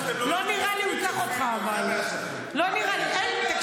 הבעיה שלכם היא שאתם לא מאמינים לסקרים של --- מה שמדהים,